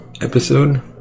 episode